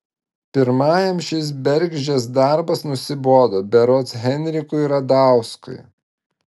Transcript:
pirmajam šis bergždžias darbas nusibodo berods henrikui radauskui